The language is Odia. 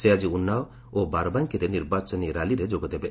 ସେ ଆଜି ଉନ୍ନାଓ ଓ ବାରାବାଙ୍କୀରେ ନିର୍ବାଚନୀ ର୍ୟାଲିରେ ଯୋଗ ଦେବେ